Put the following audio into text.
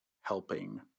helping